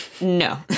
No